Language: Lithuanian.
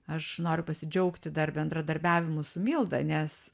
aš noriu pasidžiaugti dar bendradarbiavimu su milda nes